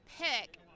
pick –